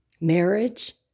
marriage